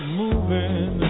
moving